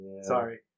Sorry